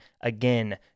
Again